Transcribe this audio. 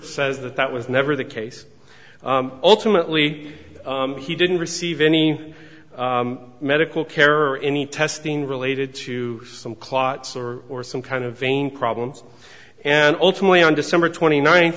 says that that was never the case ultimately he didn't receive any medical care or any testing related to some clots or or some kind of vein problems and ultimately on december twenty ninth